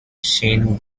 shane